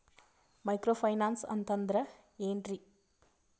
Micro finance ಅಂತಂದ್ರ ಏನ್ರೀ?